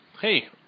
hey